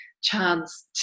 chance